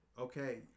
Okay